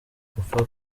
gupfa